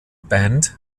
band